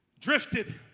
drifted